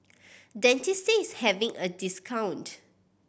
Dentists having a discount